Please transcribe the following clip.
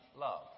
love